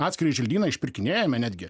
atskirą želdyną išpirkinėjome netgi